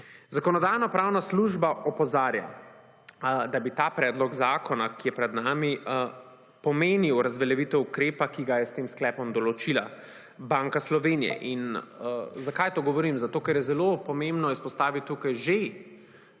Zakonodajno-pravna služba opozarja, da bi ta predlog zakona, ki je pred nami, pomenil razveljavitev ukrepa, ki ga je s tem sklepom določila banka Slovenije. Zakaj to govorim? Zato, ker je zelo pomembno izpostaviti tukaj že